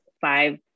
five